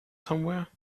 somewhere